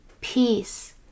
peace